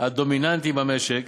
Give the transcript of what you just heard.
הדומיננטיים במשק